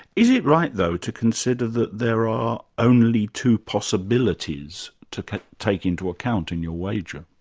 is it right, though, to consider that there are only two possibilities to take into account in your wager?